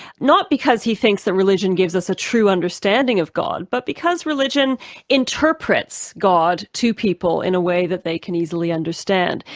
not because he thinks that religion gives us a true understanding of god, but because religion interprets god to people in a way that they can easily understand.